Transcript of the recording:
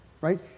right